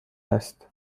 است